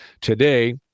today